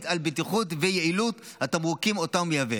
על בטיחות ויעילות התמרוקים שאותם הוא מייבא.